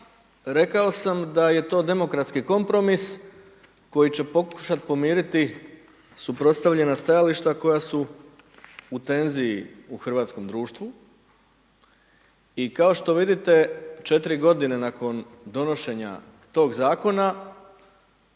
rekao sam da je to demokratski kompromis koji će pokušat pomiriti suprotstavljena stajališta koja su u tenziju u hrvatskom društvu, i kao što vidite četiri godine nakon donošenja tog Zakona,